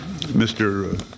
Mr